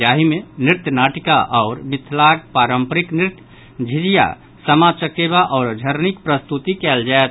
जाहि मे नृत्य नाटिका आओर मिथिलाक पारंपरिक नृत्य झिझिया सामाचकेबा आओर झरनीक प्रस्तुति कयल जायत